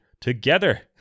together